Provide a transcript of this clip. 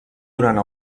durant